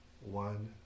One